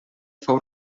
fou